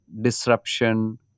disruption